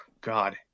God